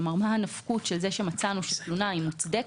כלומר מה הנפקות של זה שמצאנו תלונה מוצדקת,